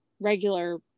regular